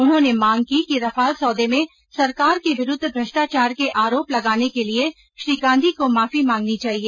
उन्होंने मांग की कि रफाल सौदे में सरकार के विरूद्व भ्रष्टाचार के आरोप लगाने के लिए श्री गांधी को माफी मांगनी चाहिए